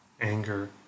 anger